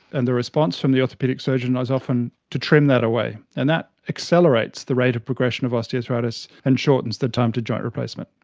and the response from the orthopaedic surgeon is often to trim that away. and that accelerates the rate of progression of osteoarthritis and shortens the time to joint replacement.